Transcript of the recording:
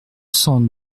cent